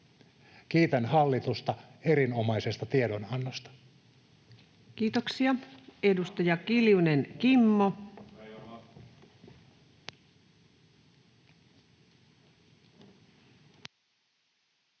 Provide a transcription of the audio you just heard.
Kiitän hallitusta erinomaisesta tiedonannosta. Kiitoksia. — Edustaja Kiljunen, Kimmo. Arvoisa